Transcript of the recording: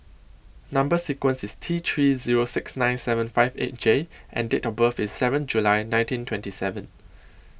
Number sequence IS T three Zero six nine seven five eight J and Date of birth IS seven July nineteen twenty seven